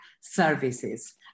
services